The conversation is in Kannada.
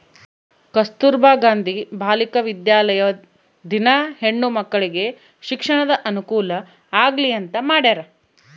ಕಸ್ತುರ್ಭ ಗಾಂಧಿ ಬಾಲಿಕ ವಿದ್ಯಾಲಯ ದಿನ ಹೆಣ್ಣು ಮಕ್ಕಳಿಗೆ ಶಿಕ್ಷಣದ ಅನುಕುಲ ಆಗ್ಲಿ ಅಂತ ಮಾಡ್ಯರ